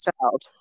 child